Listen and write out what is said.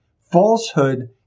Falsehood